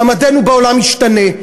מעמדנו בעולם ישתנה.